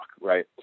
right